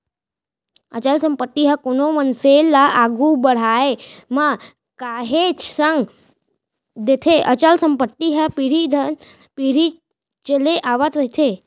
अचल संपत्ति ह कोनो मनसे ल आघू बड़हाय म काहेच संग देथे अचल संपत्ति ह पीढ़ी दर पीढ़ी चले आवत रहिथे